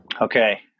Okay